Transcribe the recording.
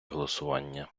голосування